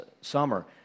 summer